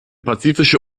pazifische